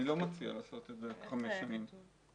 אני לא מציע לעשות את זה חמש שנים.